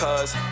Cause